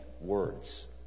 words